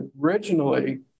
originally